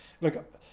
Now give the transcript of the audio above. look